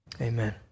amen